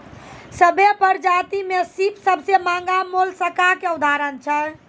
सभ्भे परजाति में सिप सबसें महगा मोलसका के उदाहरण छै